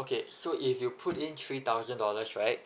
okay so if you put in three thousand dollars right